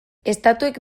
estatuek